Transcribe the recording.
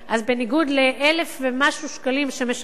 אז בניגוד ל-1,000 ומשהו שקלים שהיום משלמים